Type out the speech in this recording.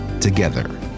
Together